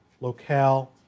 locale